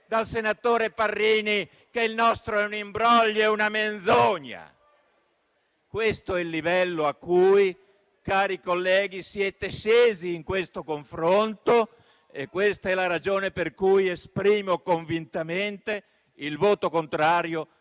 dal senatore Parrini che il nostro è un imbroglio, una menzogna? Questo è il livello a cui, cari colleghi, siete scesi in questo confronto e questa è la ragione per cui esprimo convintamente il voto contrario